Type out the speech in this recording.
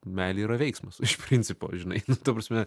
meilė yra veiksmas iš principo žinai nu ta prasme